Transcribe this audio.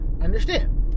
understand